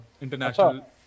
international